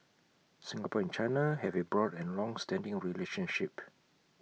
Singapore and China have A broad and longstanding relationship